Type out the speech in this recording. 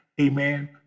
Amen